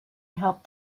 helped